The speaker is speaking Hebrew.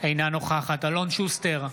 אינה נוכחת אלון שוסטר,